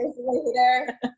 later